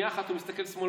שנייה אחת הוא מסתכל שמאלה,